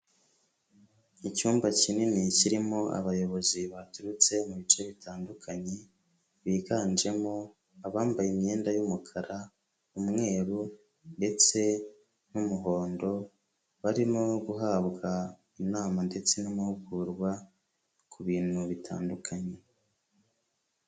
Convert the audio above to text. Icyumba kinini kirimo abayobozi baturutse mu bice bitandukanye, biganjemo abambaye imyenda y'umukara, umweru ndetse n'umuhondo, barimo guhabwa inama ndetse n'amahugurwa ku bintu bitandukanye.